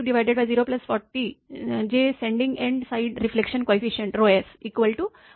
040 जे sending end side reflection coefficient 1 आहे